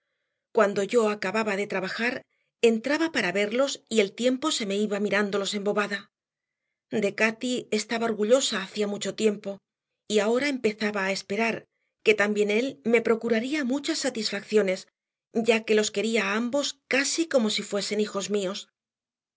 cuando yo acababa de trabajar entraba para verlos y el tiempo se me iba mirándolos embobada de cati estaba orgullosa hacía mucho tiempo y ahora empezaba a esperar que también él me procuraría muchas satisfacciones ya que los quería a ambos casi como si fuesen hijos míos